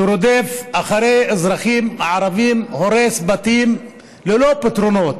שרודף אחרי אזרחים ערבים, הורס בתים ללא פתרונות,